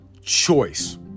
choice